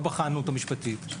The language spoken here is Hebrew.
לא בחנו אותו משפטית.